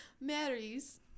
Marys